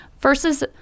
Versus